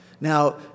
Now